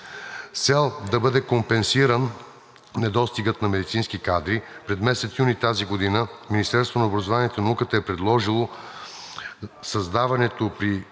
цел да бъде компенсиран недостигът на медицински кадри през месец юни тази година Министерството на образованието и науката е предложило създаването при